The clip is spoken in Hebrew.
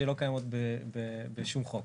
שלא קיימות בשום חוק.